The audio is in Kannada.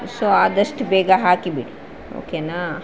ಸೊ ಆದಷ್ಟು ಬೇಗ ಹಾಕಿಬಿಡಿ ಓ ಕೆನಾ